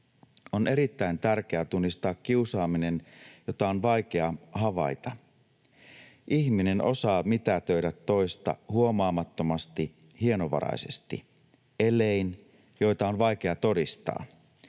On erittäin tärkeää tunnistaa kiusaaminen, jota on vaikea havaita. Ihminen osaa mitätöidä toista huomaamattomasti, hienovaraisesti, elein, joita on vaikea todistaa,